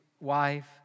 wife